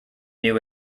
new